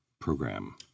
program